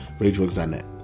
rageworks.net